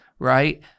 right